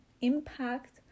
impact